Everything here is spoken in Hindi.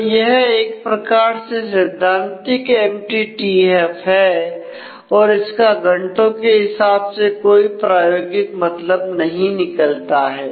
तो यह एक प्रकार से सैद्धांतिक एमटीटीएफ है और इसका घंटों के हिसाब से कोई प्रायोगिक मतलब नहीं निकलता है